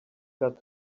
got